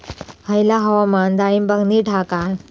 हयला हवामान डाळींबाक नीट हा काय?